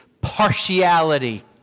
partiality